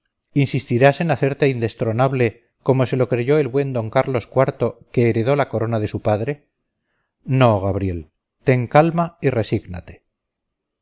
insistirás en hacerte indestronable como se lo creyó el buen d carlos iv que heredó la corona de su padre no gabriel ten calma y resígnate